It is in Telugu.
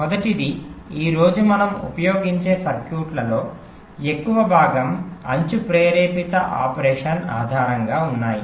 మొదటిది ఈ రోజు మనం ఉపయోగించే సర్క్యూట్లలో ఎక్కువ భాగం అంచు ప్రేరేపిత ఆపరేషన్ ఆధారంగా ఉన్నాయి